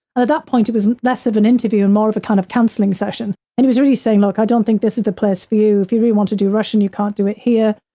ah that point, it was less of an interview and more of a kind of counseling session. and it was really saying like, i don't think this is the place for you, if you really want to do russian, you can't do it here.